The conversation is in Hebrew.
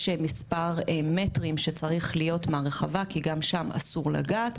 יש מספר מטרים שצריך להיות מהרחבה כי גם שם אסור לגעת,